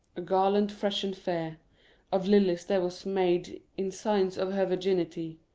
a garland fresh and fair of lilies there was made, in signs of her virginity,